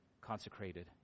consecrated